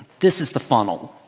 this is the funnel.